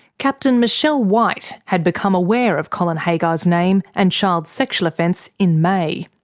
captain michelle white had become aware of colin haggar's name and child sexual offence in may.